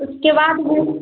उसके बाद भी